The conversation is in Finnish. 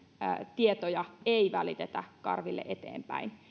tietoja ei välitetä karville eteenpäin